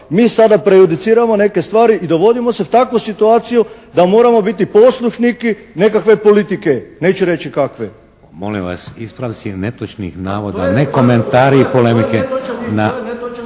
mi sada prejudiciramo neke stvari i dovodimo se u takvu situaciju da moramo biti poslušniki nekakve politike, neću reći kakve.